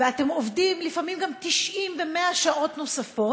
ואתם עובדים לפעמים גם 90 ו-100 שעות נוספות,